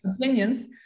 opinions